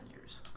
years